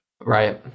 Right